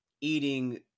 eating